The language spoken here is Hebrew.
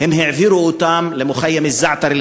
הם העבירו למחנה זעתרי,